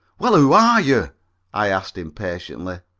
well, who are you i asked impatiently.